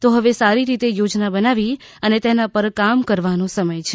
તો હવે સારી રીતે યોજના બનાવી અને તેના પર કામ કરવાનો સમય છે